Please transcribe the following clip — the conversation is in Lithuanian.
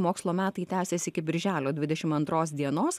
mokslo metai tęsiasi iki birželio dvidešim antros dienos